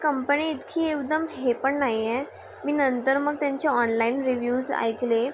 company इतकी एकदम हे पण नाहीये मी नंतर मग त्यांचे ऑनलाईन रिव्यूज ऐकले